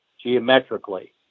geometrically